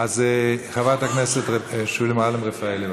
אז חברת הכנסת שולי מועלם-רפאלי.